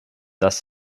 das